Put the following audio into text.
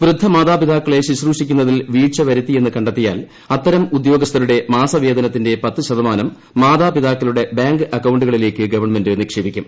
വൃദ്ധമാതാപിതാക്കളെ ശുശ്രൂഷിക്കുന്നതിൽ വീഴ്ച വരുത്തിയെന്നു കണ്ടെത്തിയാൽ അത്തരം ഉദ്യോഗസ്ഥരുടെ മാസ വേതനത്തിന്റെ പത്ത് ശതമാനം മാതാപിതാക്കളുടെ ബാങ്ക് അക്കൌണ്ടുകളിലേക്ക് ഗവൺമെന്റ് നിക്ഷേപിക്കും